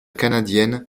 canadienne